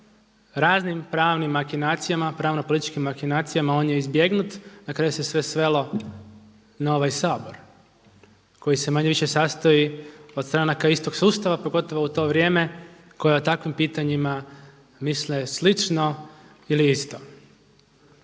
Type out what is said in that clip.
raznim pravnim makinacijama, pravno političkim makinacijama on je izbjegnut. Na kraju se sve svelo na ovaj Sabor koji se manje-više sastoji od stranaka istog sustava, pogotovo u to vrijeme koje o takvim pitanjima misle slično ili isto.